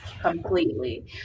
completely